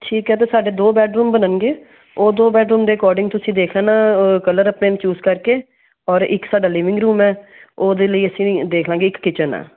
ਠੀਕ ਹੈ ਅਤੇ ਸਾਡੇ ਦੋ ਬੈਡਰੂਮ ਬਣਨਗੇ ਉਹ ਦੋ ਬੈਡਰੂਮ ਦੇ ਅਕੋਡਿੰਗ ਤੁਸੀਂ ਦੇਖਣਾ ਕਲਰ ਆਪਣੇ ਨੂੰ ਚੂਜ ਕਰਕੇ ਔਰ ਇੱਕ ਸਾਡਾ ਲਿਵਿੰਗ ਰੂਮ ਹੈ ਉਹਦੇ ਲਈ ਅਸੀਂ ਦੇਖ ਲਾਂਗੇ ਇੱਕ ਕਿਚਨ ਹੈ